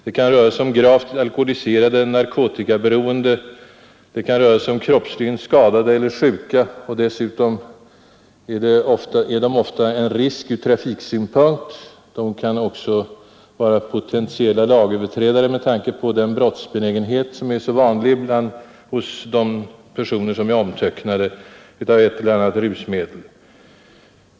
Det kan röra sig om gravt alkoholiserade, narkotikaberoende eller kroppsligen skadade eller sjuka, och dessutom utgör dessa personer ofta en risk ur trafiksynpunkt. De kan också vara potentiella lagöverträdare med tanke på den brottsbenägenhet, som är så vanlig hos de personer, som är omtöcknade av ett eller annat rusmedel.